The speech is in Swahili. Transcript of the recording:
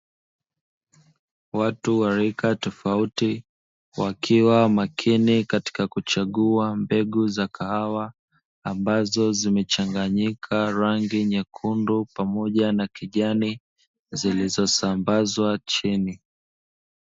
Watu wa rika tofauti wakiwa makini katika kuchagua mbegu za kahawa ambazo zimechanganyika rangi nyekundu pamoja na kijani, zilizosambazwa chini.